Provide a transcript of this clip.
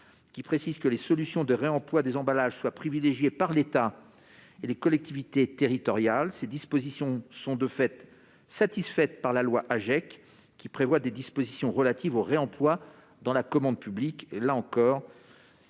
à préciser que les solutions de réemploi des emballages doivent être privilégiées par l'État et les collectivités territoriales. Ces amendements sont de fait satisfaits par la loi AGEC, qui prévoit des dispositions relatives au réemploi dans la commande publique.